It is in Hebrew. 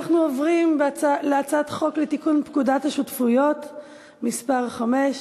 אנחנו עוברים להצעת חוק לתיקון פקודת השותפויות (מס' 5)